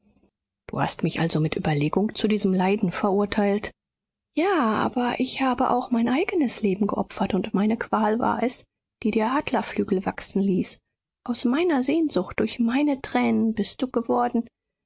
du hast mich also mit überlegung zu diesen leiden verurteilt ja aber ich habe auch mein eigenes leben geopfert und meine qual war es die dir adlerflügel wachsen ließ aus meiner sehnsucht durch meine tränen bist du geworden